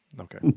Okay